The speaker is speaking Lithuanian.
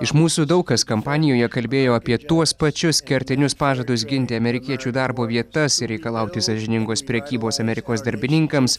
iš mūsų daug kas kampanijoje kalbėjo apie tuos pačius kertinius pažadus ginti amerikiečių darbo vietas reikalauti sąžiningos prekybos amerikos darbininkams